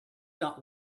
not